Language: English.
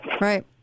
right